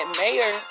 Mayor